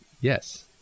Yes